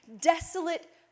desolate